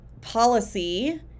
policy